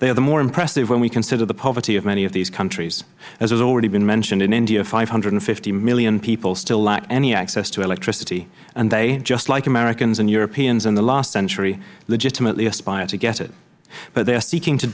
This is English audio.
they are the more impressive when we consider the poverty of many of these countries as has already been mentioned in india five hundred and fifty million people still lack any access to electricity and they just like americans and europeans in the last century legitimately aspire to get it but they are seeking to